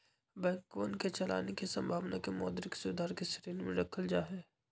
बैंकवन के चलानी के संभावना के मौद्रिक सुधार के श्रेणी में रखल जाहई